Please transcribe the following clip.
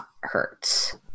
hurts